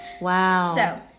Wow